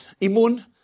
Imun